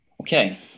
Okay